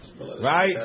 right